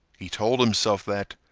he told himself that,